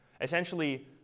essentially